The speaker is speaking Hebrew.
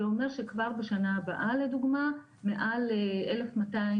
זה אומר שכבר בשנה הבאה לדוגמא מעל אלף מאתיים